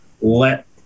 let